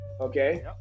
Okay